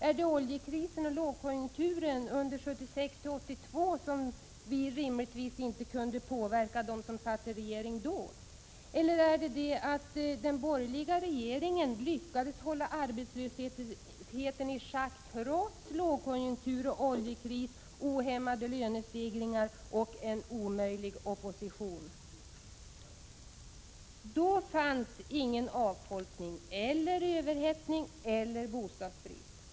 Är det oljekrisen och lågkonjunkturen 1976 1982, som den dåvarande regeringen rimligtvis inte kunde påverka? Eller är det det faktum att den borgerliga regeringen lyckades hålla arbetslösheten i schack trots lågkonjunktur och oljekris, ohämmade lönestegringar och en omöjlig opposition? Då fanns det inte någon avfolkning, överhettning eller bostadsbrist.